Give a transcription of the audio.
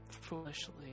foolishly